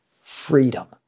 freedom